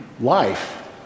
life